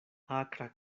akra